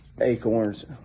acorns